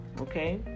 Okay